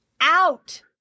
out